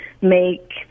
make